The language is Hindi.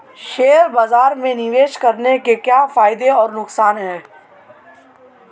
शेयर बाज़ार में निवेश करने के क्या फायदे और नुकसान हैं?